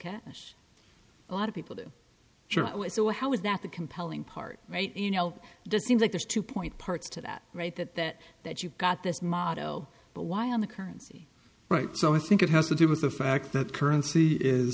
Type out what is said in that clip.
cash a lot of people do so how is that the compelling part right you know this seems like there's two point parts to that right that that that you've got this motto but why on the currency right so i think it has to do with the fact that currency is